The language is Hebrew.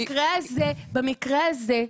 במקרה הזה,